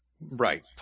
Right